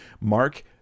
Mark